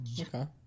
okay